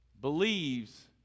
believes